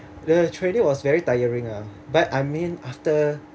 the training was very tiring ah but I mean after